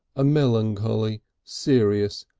a melancholy, serious,